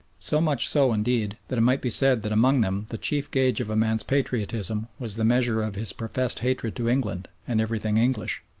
so much so indeed that it might be said that among them the chief gauge of a man's patriotism was the measure of his professed hatred to england and everything english.